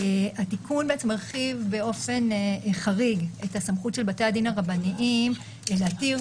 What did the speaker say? התיקון מרחיב באופן חריג את הסמכות של בתי הדין הרבניים להתיר